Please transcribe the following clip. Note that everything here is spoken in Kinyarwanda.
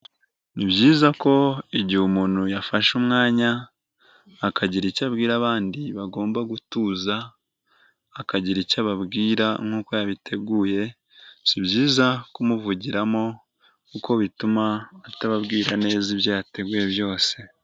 Ni byiza ko igihe umuntu yafashe umwanya akagira icyo abwira abandi, bagomba gutuza akagira icyo ababwira nk'uko yabiteguye si byiza kumuvugiramo kuko bituma atababwira neza ibyo yateguye byose.